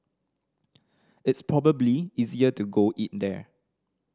it's probably easier to go eat there